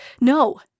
No